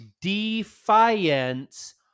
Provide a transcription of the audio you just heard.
defiance